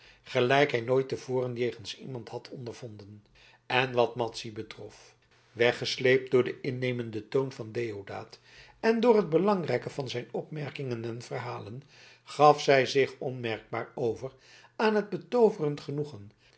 gelijk hij nooit te voren jegens iemand had ondervonden en wat madzy betrof weggesleept door den innemenden toon van deodaat en door het belangrijke van zijn opmerkingen en verhalen gaf zij zich onmerkbaar over aan het betooverend genoegen